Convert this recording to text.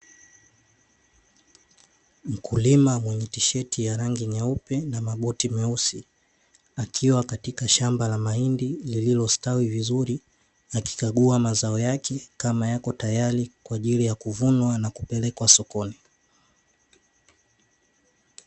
Mkulima mwenye tisheti ya rangi nyeupe na mabuti meusi, akiwa katika shamba la mahindi lililostawi vizuri, akikagua mazao yake kama yako tayari kwa ajili ya kuvuna na kupelekwa sokoni.